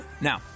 Now